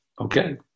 okay